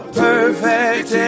perfect